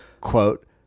quote